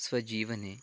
स्वजीवने